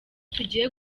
tugiye